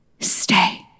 stay